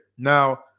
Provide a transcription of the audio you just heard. Now